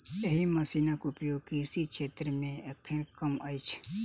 एहि मशीनक उपयोग कृषि क्षेत्र मे एखन कम अछि